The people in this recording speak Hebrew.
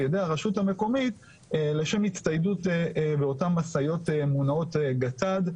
על ידי הרשות המקומית לשם הצטיידות לאותן משאיות מונעות גט"ד,